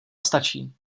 stačí